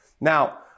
Now